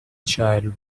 child